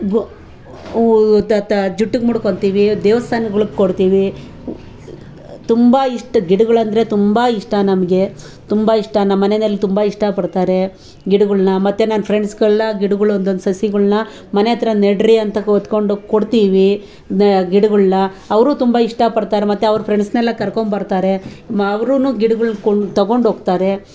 ಜುಟ್ಟಿಗೆ ಮುಡ್ಕೊಳ್ತೀವಿ ದೇವಸ್ಥಾನಗಳ್ಗೆ ಕೊಡ್ತೀವಿ ತುಂಬ ಇಷ್ಟ ಗಿಡಗಳೆಂದ್ರೆ ತುಂ ಇಷ್ಟ ನಮಗೆ ತುಂಬ ಇಷ್ಟ ನಮ್ಮ ಮನೆಯಲ್ಲಿ ತುಂಬ ಇಷ್ಟ ಪಡ್ತಾರೆ ಗಿಡಗಳನ್ನ ಮತ್ತು ನನ್ನ ಫ್ರೆಂಡ್ಸ್ಗಳೆಲ್ಲ ಗಿಡಗಳು ಒಂದೊಂದು ಸಸಿಗಳನ್ನ ಮನೆಯ ಹತ್ರ ನೆಡಿರಿ ಅಂತ ಹೊತ್ಕೊಂಡು ಹೋಗಿ ಕೊಡ್ತೀವಿ ಗಿಡಗಳನ್ನ ಅವರು ತುಂಬ ಇಷ್ಟ ಪಡ್ತಾರೆ ಮತ್ತೆ ಅವ್ರ ಫ್ರೆಂಡ್ಸನ್ನೆಲ್ಲ ಕರ್ಕೊಂಡು ಬರ್ತಾರೆ ಅವ್ರೂ ಗಿಡಗಳು ಕೊಂಡು ತಗೊಂಡು ಹೋಗ್ತಾರೆ